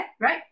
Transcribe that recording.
Right